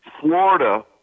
Florida